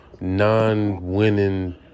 non-winning